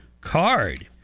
card